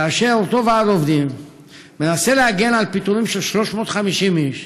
כאשר אותו ועד עובדים מנסה להגן על פיטורים של 350 איש,